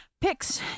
picks